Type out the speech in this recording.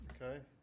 Okay